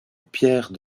pierre